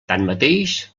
tanmateix